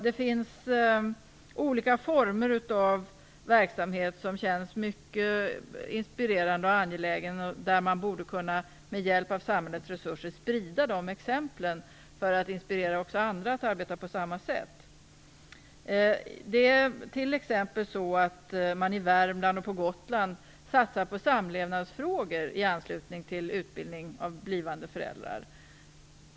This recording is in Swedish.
Det finns olika former av verksamhet som känns mycket inspirerande och angelägen och där man med hjälp av samhällets resurser borde kunna sprida exemplen för att inspirera andra att arbeta på samma sätt. I Värmland och på Gotland t.ex. satsar man på samlevnadsfrågor i anslutning till utbildning av blivande föräldrar.